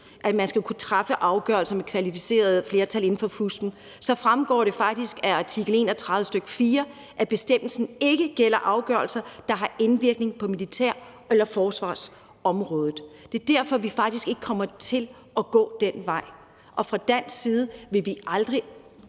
at man skal kunne træffe afgørelser med kvalificeret flertal inden for FUSP'en, så fremgår det faktisk af artikel 31, stk. 4, at bestemmelsen ikke gælder afgørelser, der har indvirkning på militær- eller forsvarsområdet. Det er derfor, vi faktisk ikke kommer til at gå den vej, og fra dansk side vil vi aldrig